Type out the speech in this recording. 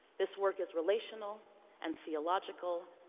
this work is relational and theological,